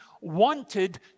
wanted